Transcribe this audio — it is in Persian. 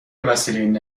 وسیله